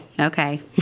okay